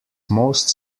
most